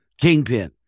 Kingpin